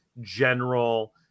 general